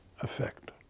effect